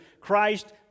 Christ